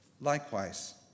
Likewise